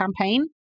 campaign